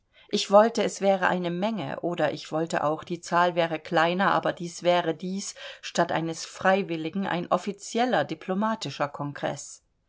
ich wollte es wäre eine menge oder ich wollte auch die zahl wäre kleiner aber es wäre dies statt eines freiwilligen ein offizieller diplomatischer kongreß